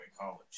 college